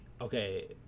okay